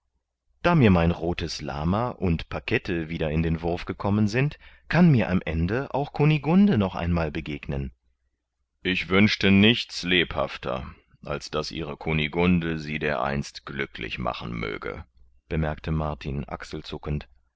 da mir mein rothes lama und pakette wieder in den wurf gekommen sind kann mir am ende auch kunigunde noch einmal begegnen ich wünsche nichts lebhafter als daß ihre kunigunde sie dereinst glücklich machen möge bemerkte martin